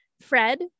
Fred